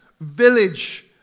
village